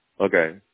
Okay